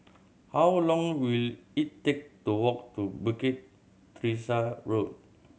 how long will it take to walk to Bukit Teresa Road